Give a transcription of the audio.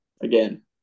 Again